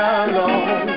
alone